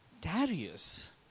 Darius